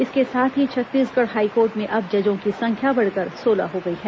इसके साथ ही छत्तीसगढ़ हाईकोर्ट में अब जजों की संख्या बढ़कर सोलह हो गई है